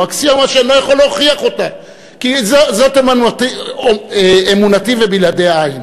אקסיומה שאני לא יכול להוכיח אותה כי זאת אמונתי ובלעדיה אין.